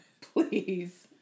Please